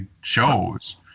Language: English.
shows